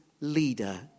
leader